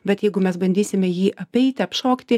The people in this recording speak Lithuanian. bet jeigu mes bandysime jį apeiti apšokti